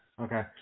Okay